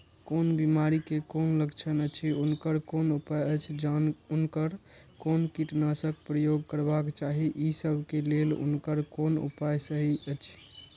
कोन बिमारी के कोन लक्षण अछि उनकर कोन उपाय अछि उनकर कोन कीटनाशक प्रयोग करबाक चाही ई सब के लेल उनकर कोन उपाय सहि अछि?